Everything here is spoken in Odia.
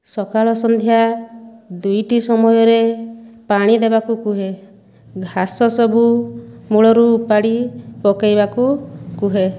ସକାଳ ସନ୍ଧ୍ୟା ଦୁଇଟି ସମୟରେ ପାଣି ଦେବାକୁ କହେ ଘାସ ସବୁ ମୂଳରୁ ଉପାଡ଼ି ପକାଇବାକୁ କହେ